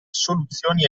soluzioni